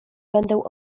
będę